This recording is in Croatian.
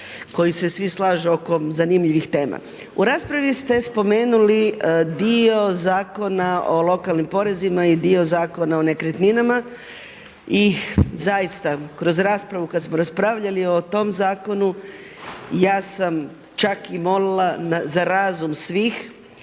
koji se svi slažu oko zanimljivih tema. U raspravi ste spomenuli dio Zakona o lokalnim porezima i dio Zakona o nekretninama, i zaista kroz raspravu kad smo raspravljali o tom zakonu, ja sam čak i molila za razum svih